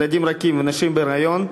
ילדים רכים ונשים בהיריון,